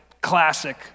classic